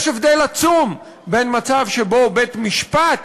יש הבדל עצום בין מצב שבו בית-משפט